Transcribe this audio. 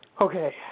Okay